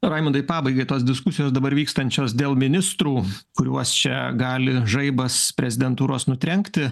raimundai pabaigai tos diskusijos dabar vykstančios dėl ministrų kuriuos čia gali žaibas prezidentūros nutrenkti